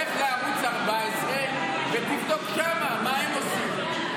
לך לערוץ 14 ותבדוק מה הם עושים שם.